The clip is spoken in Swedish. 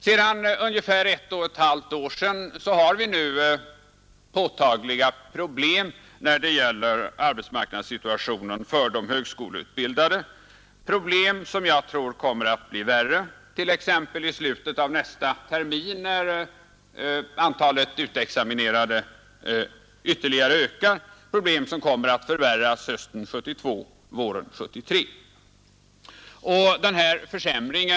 Sedan ungefär ett och ett halvt år tillbaka har vi nu påtagliga problem när det gäller arbetsmarknadssituationen för de högskoleutbildade. Dessa problem tror jag kommer att bli värre t.ex. i slutet av nästa termin när antalet utexaminerade ytterligare ökar och det kommer att förvärras ytterligare hösten 1972 och våren 1973.